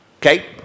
Okay